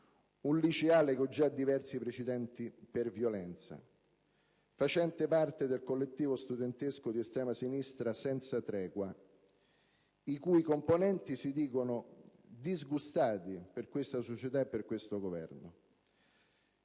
un liceale, già con diversi precedenti per violenza, facente parte del collettivo studentesco di estrema sinistra «Senza tregua», i cui componenti si dicono disgustati per questa società e per questo Governo.